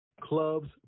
Clubs